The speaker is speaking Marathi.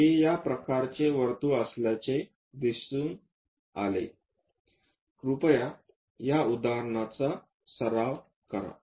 हे या प्रकारचे वर्तुळ असल्याचे दिसून आले कृपया या उदाहरणाचा सराव करा